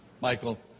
Michael